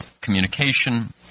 communication